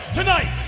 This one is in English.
tonight